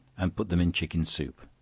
and put them in chicken soup.